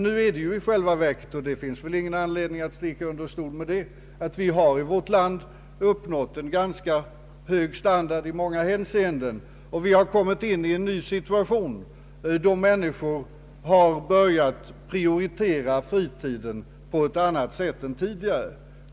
Nu har vi trots allt i vårt land uppnått en ganska hög standard i många hänseenden — det finns väl ingen anledning att sticka under stol med detta — och vi har kommit in i en ny situation där människor börjat prioritera fritiden på ett annat sätt än tidigare.